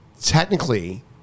technically